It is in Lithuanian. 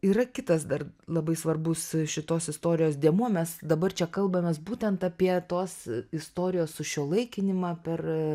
yra kitas dar labai svarbus šitos istorijos dėmuo mes dabar čia kalbamės būtent apie tos istorijos sušiuolaikinimą per